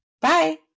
Bye